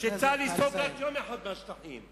שצה"ל ייסוג רק יום אחד מהשטחים,